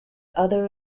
other